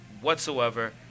whatsoever